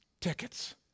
tickets